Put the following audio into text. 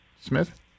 Smith